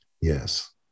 Yes